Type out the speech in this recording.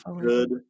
good